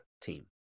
team